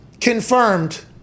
confirmed